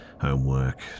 Homework